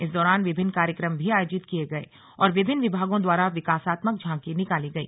इस दौरान विभिन्न कार्यक्रम भी आयोजित किये गए और विभिन्न विभागों द्वारा विकासात्मक झांकी निकली गयी